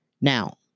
Now